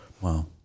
Wow